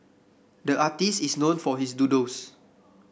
the artist is known for his doodles